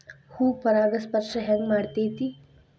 ಹೂ ಪರಾಗಸ್ಪರ್ಶ ಹೆಂಗ್ ಮಾಡ್ತೆತಿ?